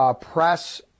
press